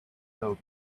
dog